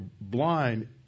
blind